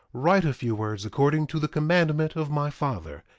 write a few words according to the commandment of my father,